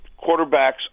quarterbacks